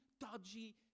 dodgy